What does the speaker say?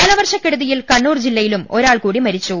കാലവർഷക്കെടുതിയിൽ കണ്ണൂർ ജില്ലയിലും ഒരാൾ കൂടി മരി ച്ചു